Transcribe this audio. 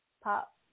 pop